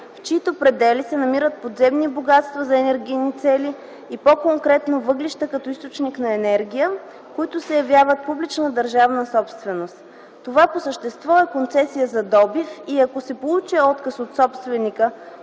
в чиито предели се намират подземни богатства за енергийни цели, и по-конкретно въглища като източник на енергия, които се явяват публична държавна собственост. Това по същество е концесия за добив и ако се получи отказ от собственика